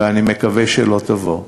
ואני מקווה שלא תבוא.